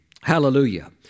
Hallelujah